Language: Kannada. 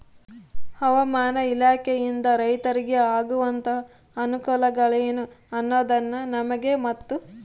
ಹವಾಮಾನ ಇಲಾಖೆಯಿಂದ ರೈತರಿಗೆ ಆಗುವಂತಹ ಅನುಕೂಲಗಳೇನು ಅನ್ನೋದನ್ನ ನಮಗೆ ಮತ್ತು?